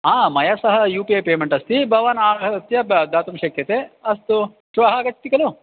आ मया सह यू पी ऐ पेमेण्ट् अस्ति भवान् आगत्य दातुं दातुं शक्यते अस्तु श्वः आगच्छति खलु